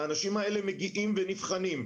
האנשים האלה מגיעים ונבחנים.